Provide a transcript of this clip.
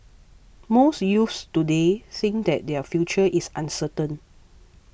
most youths today think that their future is uncertain